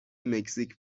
مکزیک